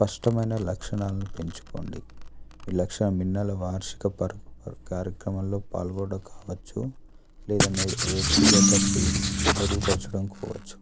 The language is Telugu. స్పష్టమైన లక్షణాలను పెంచుకోండి ఎలక్షన్ మిన్నలు వార్షిక పరం కార్యక్రమంలో పాల్గొనడం కావచ్చు లేదా వ్యక్తి గత ఫేస్ మెరుగుపరచడం కావచ్చు